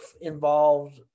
involved